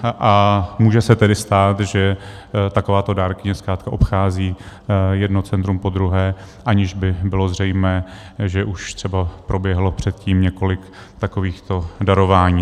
A může se tedy stát, že takováto dárkyně zkrátka obchází jedno centrum po druhém, aniž by bylo zřejmě, že už třeba proběhlo předtím několik takovýchto darování.